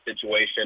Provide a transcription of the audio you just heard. situation